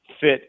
fit